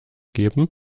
geben